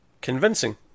Convincing